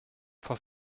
for